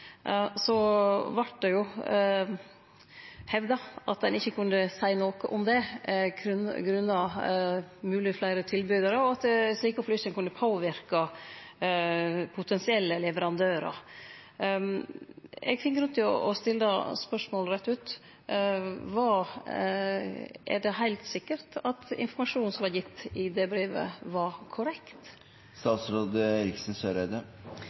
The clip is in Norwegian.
vart det hevda at ein ikkje kunne seie noko om det, på grunn av at det var fleire tilbydarar, og at slike opplysningar kunne påverke potensielle leverandørar. Eg finn grunn til å stille spørsmålet rett ut: Er det heilt sikkert at informasjonen som vart gitt i det brevet, var korrekt?